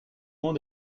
monde